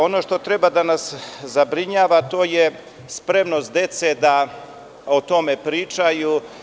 Ono što treba da nas zabrinjava to je spremnost dece da o tome pričaju.